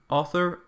author